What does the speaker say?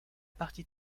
partie